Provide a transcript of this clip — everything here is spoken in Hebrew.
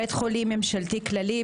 בית חולים ממשלתי כללי,